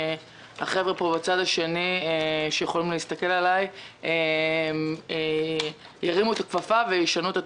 שהחבר'ה פה בצד השני שיכולים להסתכל עלי ירימו את הכפפה וישנו את התקנות.